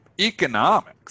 economics